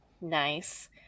Nice